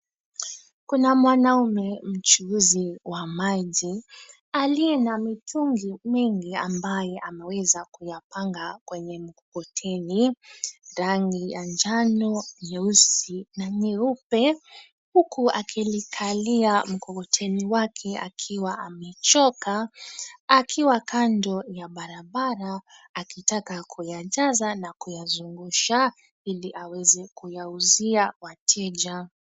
Kuna mwanaume mchuuzi wa maji, aliye na mitungi mengi ambaye ameweza kuyapanga kwenye mkokoteni, rangi ya njano, nyeusi na nyeupe. Huku akilikalia mkokoteni wake akiwa amechoka, akiwa kando ya barabara, akitaka kuyajaza na kuyazungusha ili aweze kuyauzia wateja.